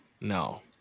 No